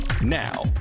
Now